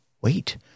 Wait